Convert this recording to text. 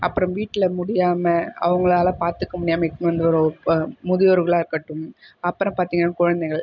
அப்புறம் வீட்டில் முடியாமல் அவங்களால் பார்த்துக்க முடியாமல் இட்டனு வந்த ஒரு முதியோர்களாக இருக்கட்டும் அப்புறம் பார்த்திங்கன்னா குழந்தைகள்